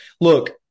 Look